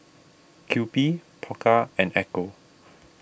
Kewpie Pokka and Ecco